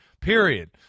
period